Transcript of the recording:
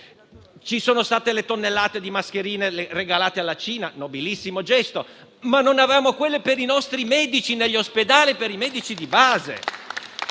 Ci sono state le tonnellate di mascherine regalate alla Cina: è stato un gesto nobilissimo, ma non avevamo quelle per i nostri medici negli ospedali e per i medici di base!